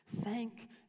Thank